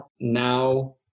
Now